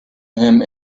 him